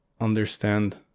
understand